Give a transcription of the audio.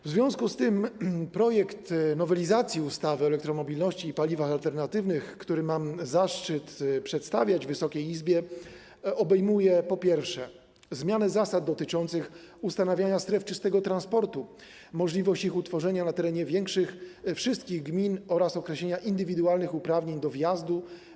W związku z tym projekt nowelizacji ustawy o elektromobilności i paliwach alternatywnych, który mam zaszczyt przedstawiać Wysokiej Izbie, obejmuje zmianę zasad dotyczących ustanawiania stref czystego transportu, możliwość ich utworzenia na terenie wszystkich gmin oraz określenia indywidualnych uprawnień do wjazdu.